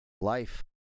life